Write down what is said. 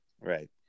Right